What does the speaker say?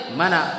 Mana